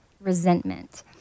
resentment